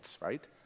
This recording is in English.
right